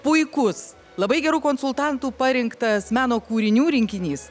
puikus labai gerų konsultantų parinktas meno kūrinių rinkinys